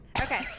Okay